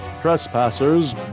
Trespassers